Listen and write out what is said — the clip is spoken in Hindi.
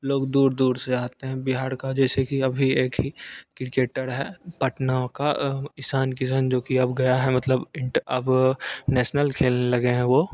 लोग दूर दूर से आते हैं बिहार का जैसे कि अभी एक ही किरकेटर है पटना का ईशान किशन जो कि अब गया है मतलब इंट अब नेशनल खेलने लगे हैं वो